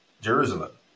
Jerusalem